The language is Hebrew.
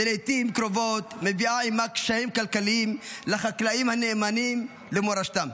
ולעיתים קרובות מביאה עימה קשיים כלכליים לחקלאים הנאמנים למורשתם.